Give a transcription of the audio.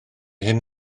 hyn